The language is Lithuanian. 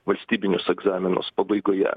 valstybinius egzaminus pabaigoje